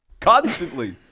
Constantly